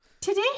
today